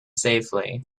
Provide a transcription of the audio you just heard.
safely